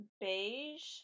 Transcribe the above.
beige